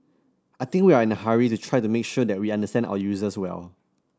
I think we are in a hurry to try to make sure that we understand our users well